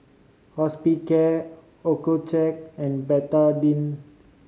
Hospicare Accucheck and Betadine